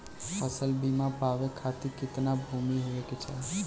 फ़सल बीमा पावे खाती कितना भूमि होवे के चाही?